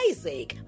Isaac